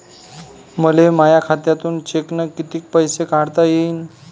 मले माया खात्यातून चेकनं कितीक पैसे काढता येईन?